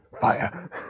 Fire